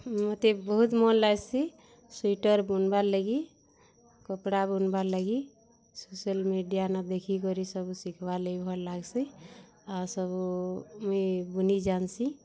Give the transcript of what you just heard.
ମୋତେ ବହୁତ ମନ୍ ଲାଗ୍ସି ସୁଇଟର୍ ବୁଣିବାର୍ ଲାଗି କପଡ଼ା ବୁଣିବାର୍ ଲାଗି ସୋସିଆଲ୍ ମିଡ଼ିଆ ନ ଦେଖିକରି ସବୁ ଶିଖିବାର୍ ଲାଗି ଭଲ୍ ଲାଗ୍ସି ଆଉ ସବୁ ମୁଇଁ ବୁନିଁ ଜାନିିସି